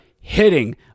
hitting